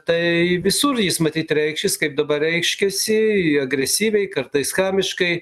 tai visur jis matyt reikšis kaip dabar reiškiasi agresyviai kartais chamiškai